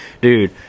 dude